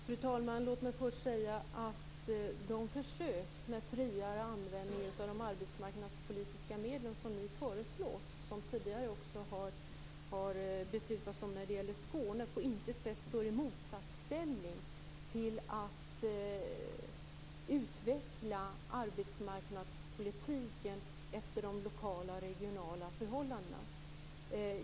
Fru talman! Låt mig först säga att de försök med friare användning av de arbetsmarknadspolitiska medlen som nu föreslås, och som det tidigare har beslutats om när det gäller Skåne, på intet sätt står i motsatsställning till att utveckla arbetsmarknadspolitiken efter de lokala och regionala förhållandena.